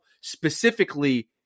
Specifically